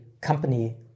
company